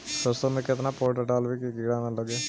सरसों में केतना पाउडर डालबइ कि किड़ा न लगे?